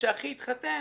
כאשר אחי התחתן,